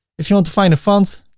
if you want to find a font,